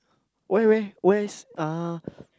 where where where is uh